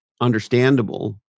understandable